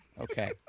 Okay